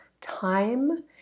time